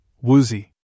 Woozy